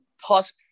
plus